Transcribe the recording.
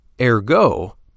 Ergo